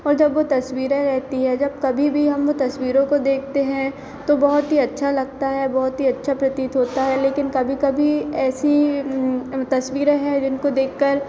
और जब वह तस्वीरें रहती हैं जब कभी भी हम लोग तस्वीरों को देखते हैं तो बहुत ही अच्छा लगता है बहुत ही अच्छा प्रतीत होता है लेकिन कभी कभी ऐसी तस्वीरें हैं जिनको देखकर